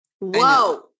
Whoa